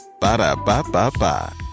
Ba-da-ba-ba-ba